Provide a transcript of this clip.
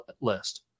list